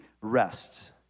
rests